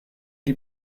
die